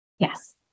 Yes